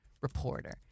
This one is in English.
reporter